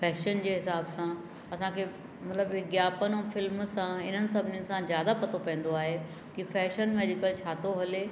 fashion जे हिसाब सां असांखे मतिलबु विज्ञापन ऐं फिल्म सां इन्हनि सभिनीनि सां ज़्यादाइ पतो पवंदो आहे की फैशन में अॼुकल्ह छा थो हले